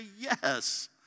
yes